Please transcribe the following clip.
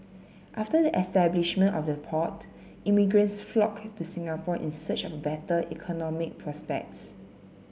after the establishment of the port immigrants flocked to Singapore in search of better economic prospects